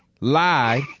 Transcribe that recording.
Lie